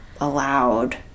allowed